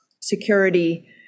security